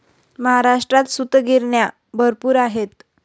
महाराष्ट्रात सूतगिरण्या भरपूर आहेत